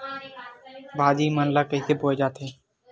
भाजी मन ला कइसे बोए जाथे?